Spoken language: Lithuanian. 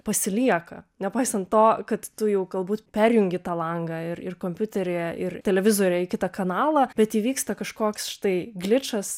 pasilieka nepaisant to kad tu jau galbūt perjungi tą langą ir ir kompiuteryje ir televizoriuje į kitą kanalą bet įvyksta kažkoks štai gličas